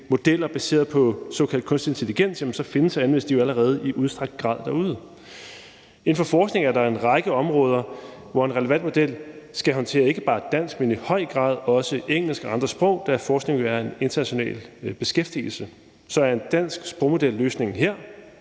modeller baseret på såkaldt kunstig intelligens, så findes og anvendes de jo allerede i udstrakt grad derude. Inden for forskningen er der en række områder, hvor en relevant model skal håndtere ikke bare dansk, men i høj grad også engelsk og andre sprog, da forskning jo er en international beskæftigelse. Så er en dansk sprogmodel løsningen her?